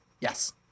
Yes